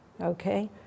Okay